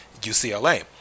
UCLA